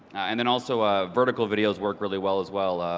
and then also ah vertical videos work really well as well,